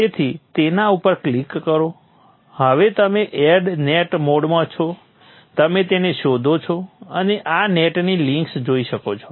તેથી તેના ઉપર ક્લિક કરો હવે તમે એડ નેટ મોડમાં છો તમે તેને શોધો છો અને આ નેટની લિંક્સ જોઈ શકો છો